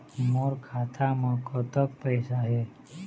मोर खाता म कतक पैसा हे?